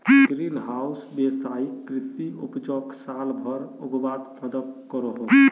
green house वैवसायिक कृषि उपजोक साल भर उग्वात मदद करोह